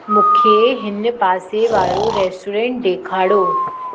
मूंखे हिन पासे वारो रेस्टोरेंट ॾेखारियो